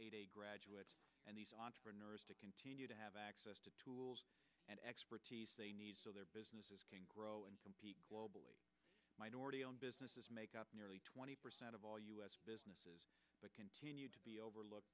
graduates and these entrepreneurs to continue to have access to tools and expertise they need so their businesses can grow and compete globally minority owned businesses make up nearly twenty percent of all u s businesses that continue to be overlooked